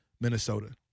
Minnesota